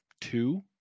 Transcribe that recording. two